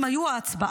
אם היו ההצבעה,